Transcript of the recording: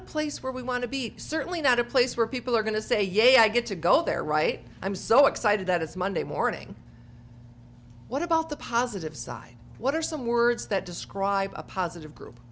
a place where we want to be certainly not a place where people are going to say yay i get to go there right i'm so excited that it's monday morning what about the positive side what are some words that describe a positive group